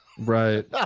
Right